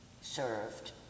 served